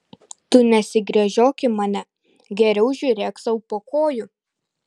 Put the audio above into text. tu nesigręžiok į mane geriau žiūrėk sau po kojų